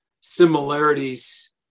similarities